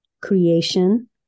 creation